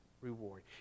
reward